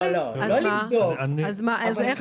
לא לבדוק, אבל כן